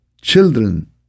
children